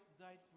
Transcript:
died